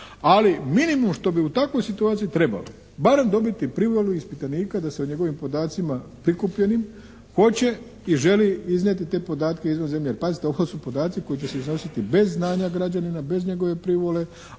ali minimum što bi u takvoj situaciji trebalo barem dobiti privolu ispitanika da se o njegovim podacima prikupljenim hoće i želi iznijeti te podatke izvan zemlje. Pazite ovo su podaci koji će se iznositi bez znanja građanina, bez njegove privole,